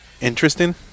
Interesting